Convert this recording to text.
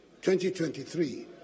2023